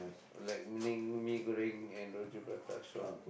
like meaning mee-goreng and roti-prata shop